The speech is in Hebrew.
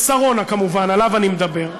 בשרונה כמובן, עליו אני מדבר,